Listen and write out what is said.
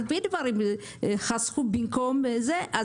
הרבה דברים חסכו במקום זה.